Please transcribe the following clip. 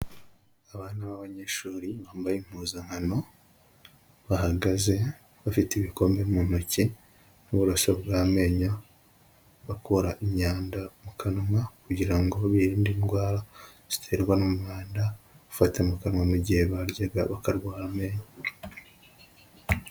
Abana b'abanyeshuri bambaye impuzankano, bahagaze bafite ibikombe mu ntoki n'uburoso bw'amenyo, bakura imyanda mu kanwa, kugira ngo birinde indwara ziterwa n'umwanda ufata mu kanwa mu gihe baryaga bakarwa amenyo.